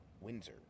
Windsor